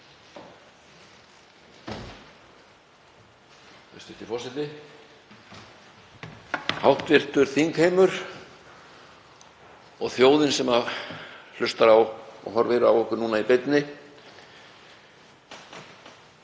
Hv. þingheimur og þjóðin sem hlustar á og horfir á okkur í beinni.